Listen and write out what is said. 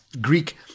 Greek